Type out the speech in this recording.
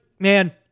Man